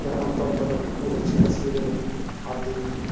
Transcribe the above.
عام طور پر بہت اچھی تصویریں آتی ہیں